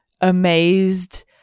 amazed